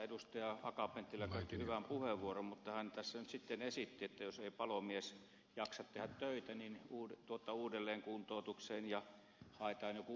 akaan penttilä käytti hyvän puheenvuoron mutta hän tässä nyt sitten esitti että jos ei palomies jaksa tehdä töitä niin uudelleenkuntoutukseen ja haetaan jokin uusi tehtävä